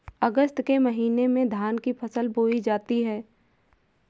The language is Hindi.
अगस्त के महीने में धान की फसल बोई जाती हैं